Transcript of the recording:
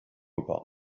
about